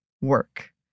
work